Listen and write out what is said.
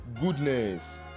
goodness